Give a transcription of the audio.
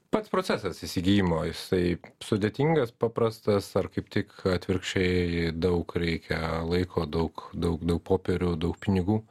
pats procesas įsigijimo jisai sudėtingas paprastas ar kaip tik atvirkščiai daug reikia laiko daug daug daug popierių daug pinigų